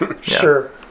Sure